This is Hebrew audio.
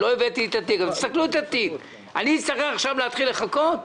אני אצטרך עכשיו להתחיל לחכות?